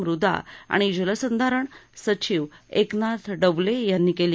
मुदा आणि जलसंधारण सचिव एकनाथ डवले यांनी केली